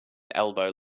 elbow